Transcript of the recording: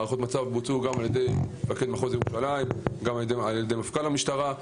הערכות המצב בוצעו על ידי מפקד מחוז ירושלים ועל ידי מפכ"ל המשטרה.